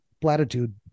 platitude